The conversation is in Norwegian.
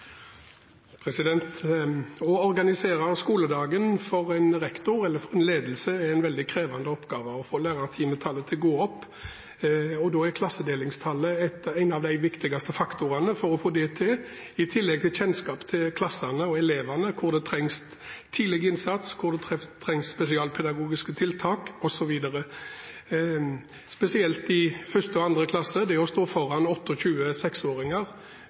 Å organisere skoledagen, å få lærertimetallet til å gå opp, er for en rektor eller en ledelse en veldig krevende oppgave. Da er klassedelingstallet en av de viktigste faktorene for å få det til, i tillegg til kjennskap til klassene og elevene – hvor det trengs tidlig innsats, hvor det trengs spesialpedagogiske tiltak, osv. Spesielt i 1. og 2. klasse er f.eks. det å stå foran 28 seksåringer